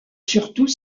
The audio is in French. surtout